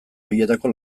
horietako